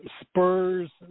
spurs